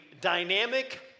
dynamic